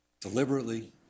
Deliberately